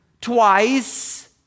twice